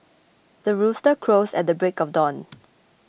the rooster crows at the break of dawn